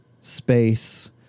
space